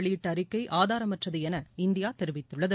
வெளியிட்ட அறிக்கை ஆதாரமற்றது என இந்தியா தெரிவித்துள்ளது